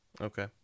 Okay